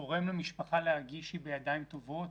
גורם למשפחה להרגיש שהיא בידיים טובות.